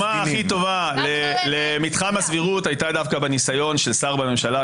דוגמה הכי טובה למתחם הסבירות הייתה דווקא בניסיון של שר בממשלה,